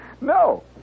No